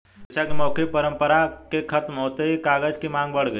शिक्षा की मौखिक परम्परा के खत्म होते ही कागज की माँग बढ़ गई